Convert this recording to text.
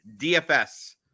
DFS